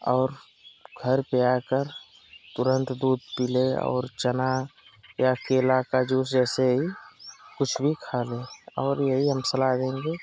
और घर पर आकर तुरंत दूध पी लें और चना या केला का जूस जैसे ही कुछ भी खा लें और यही हम सलाह देंगे